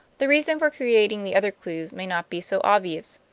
the reason for creating the other clews may not be so obvious.